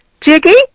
Jiggy